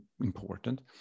important